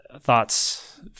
thoughts